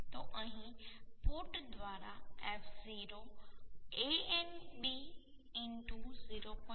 તો અહીં પુટ દ્વારા F0 Anb 0